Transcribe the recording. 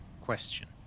question